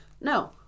No